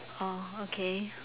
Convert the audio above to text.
oh okay